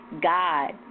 God